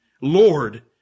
Lord